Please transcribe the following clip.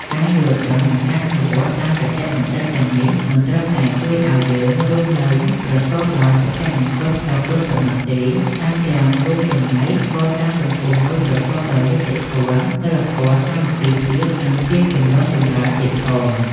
ការយល់ដឹង និងការអនុវត្តតាមគតិបណ្ឌិតទាំងនេះ មិនត្រឹមតែជួយឲ្យយើងរស់នៅប្រកបដោយសុភមង្គលផ្ទាល់ខ្លួនប៉ុណ្ណោះទេ ថែមទាំងរួមចំណែកកសាងសង្គមមួយប្រកបដោយយុត្តិធម៌ សីលធម៌ សាមគ្គីភាព និងភាពចម្រុងចម្រើនទៀតផង។